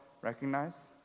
recognize